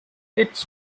its